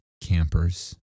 campers